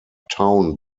town